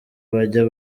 bajya